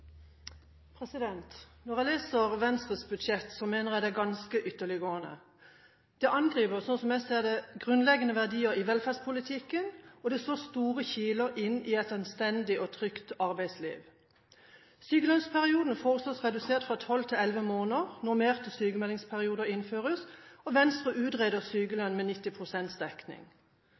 ganske ytterliggående. Som jeg ser det, angriper det grunnleggende verdier i velferdspolitikken, og det slår store kiler inn i et anstendig og trygt arbeidsliv. Sykelønnsperioden foreslås redusert fra 12 til 11 måneder, normerte sykmeldingsperioder innføres, og Venstre utreder sykelønn med 90 pst. dekning.